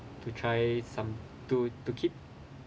to try some to to keep